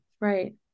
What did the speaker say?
right